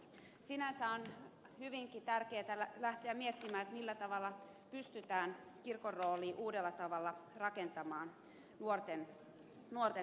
sinänsä on hyvinkin tärkeätä lähteä miettimään millä tavalla pystytään kirkon rooli uudella tavalla rakentamaan nuorten kohdalla